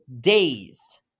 days